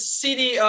city